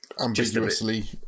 ambiguously